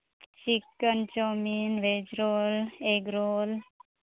chicken chow mein ᱵᱷᱮᱡᱽ roll egg roll